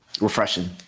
Refreshing